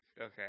Okay